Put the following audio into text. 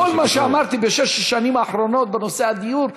כל מה שאמרתי בשש השנים האחרונות בנושא הדיור,